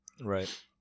right